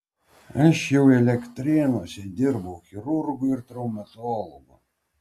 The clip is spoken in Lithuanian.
aš jau elektrėnuose dirbau chirurgu ir traumatologu